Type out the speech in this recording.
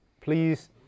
Please